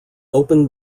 open